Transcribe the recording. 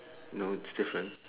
no it's different